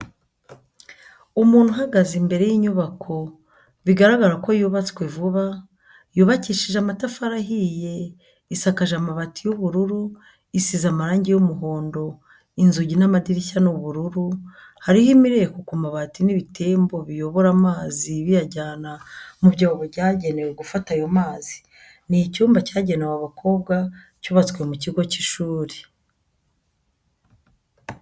Umuntu uhagaze imbere y'inyubako bigaragara ko yubatswe vuba, yubakishije amatafari ahiye, isakaje amabati y'ubururu, isize amarangi y'umuhondo, inzugi n'amadirishya ni ubururu, hariho imireko ku mabati n'ibitembo biyobora amazi biyajyana mu byobo byagenewe gufata ayo mazi, ni icyumba cyagenewe abakobwa cyubatswe mu kigo cy'ishuri.